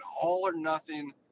all-or-nothing